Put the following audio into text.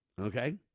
Okay